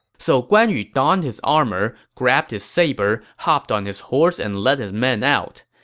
so guan yu donned his armor, grabbed his saber, hopped on his horse, and led his men out.